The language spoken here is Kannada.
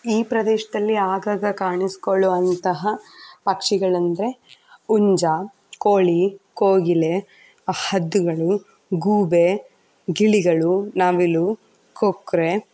ಈ ಪ್ರದೇಶದಲ್ಲಿ ಆಗಾಗ ಕಾಣಿಸಿಕೊಳ್ಳುವಂತಹ ಪಕ್ಷಿಗಳೆಂದರೆ ಹುಂಜ ಕೋಳಿ ಕೋಗಿಲೆ ಹದ್ದುಗಳು ಗೂಬೆ ಗಿಳಿಗಳು ನವಿಲು ಕೊಕ್ಕರೆ